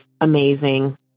amazing